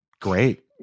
Great